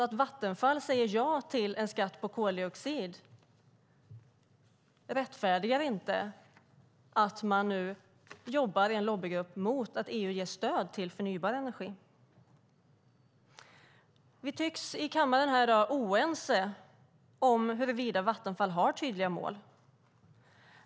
Att Vattenfall säger ja till en skatt på koldioxid rättfärdigar inte att de nu jobbar i en lobbygrupp som är emot att EU ger stöd till förnybar energi. Vi tycks vara oense här i kammaren i dag om huruvida Vattenfall har tydliga mål.